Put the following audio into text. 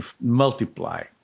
multiply